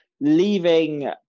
leaving